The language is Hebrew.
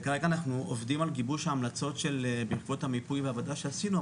כרגע אנחנו עובדים על גיבוש ההמלצות בעקבות המיפוי והעבודה שעשינו.